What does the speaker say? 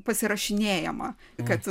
pasirašinėjama kad